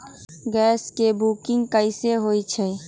Gas के booking कैसे होईछई?